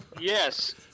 Yes